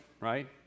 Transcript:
right